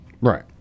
Right